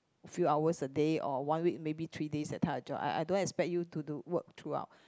few hours a day or one week maybe three days that type of job I I don't expect you to do work throughout